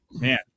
Man